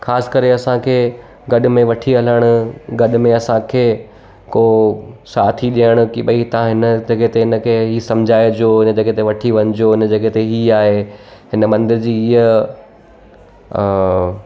ख़ासि करे असांखे गॾु में वठी हलणु गॾु में असांखे को साथी ॾियणु की बई तव्हां हिन जॻहि ते हिन खे हीउ सम्झाइजो हिन जॻहि ते वठी वञिजो हिन जॻहि ते हीउ आहे हिन मंदर जी हीअ अ